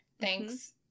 Thanks